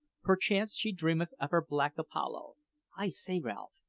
perchance she dreameth of her black apollo i say, ralph,